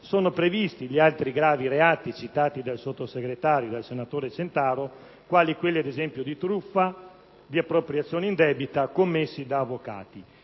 previsti anche gli altri gravi reati citati dal Sottosegretario e dal senatore Centaro, quali quelli - ad esempio - di truffa e di appropriazione indebita commessi da avvocati.